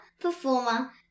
performer